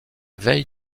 veille